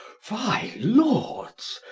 fye lords,